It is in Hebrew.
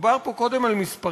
דובר פה קודם על מספרים,